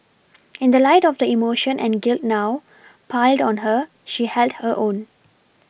in the light of the emotion and guilt now piled on her she held her own